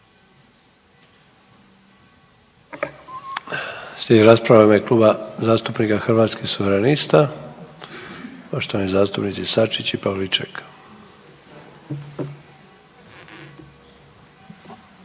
Slijedi rasprava u ime Kluba zastupnika Hrvatskih suverenista, poštovani zastupnici Sačić i Pavliček.